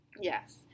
yes